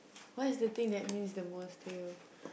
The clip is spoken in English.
what is that thing that means the most to you